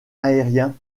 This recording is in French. aérien